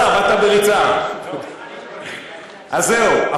אז זהו,